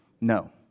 No